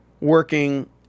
working